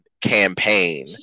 campaign